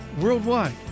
worldwide